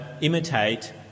imitate